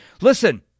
Listen